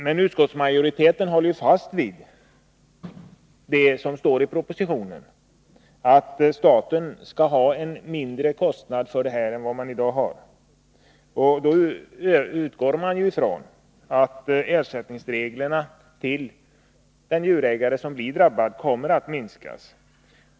Men utskottsmajoriteten håller fast vid det som står i propositionen, nämligen att staten skall bära en mindre andel av kostnaderna för salmonellabekämpningen än den gör i dag. Man utgår ifrån att ersättningen till den djurägare som blir drabbad kommer att minska.